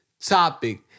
topic